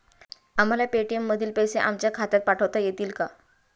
आम्हाला पेटीएम मधील पैसे आमच्या खात्यात पाठवता येतील का?